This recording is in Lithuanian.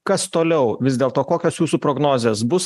kas toliau vis dėlto kokios jūsų prognozės bus